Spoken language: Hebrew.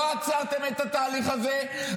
לא עצרתם את התהליך הזה,